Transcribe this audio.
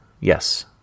Yes